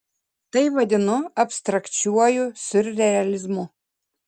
tai vadinu abstrakčiuoju siurrealizmu